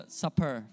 supper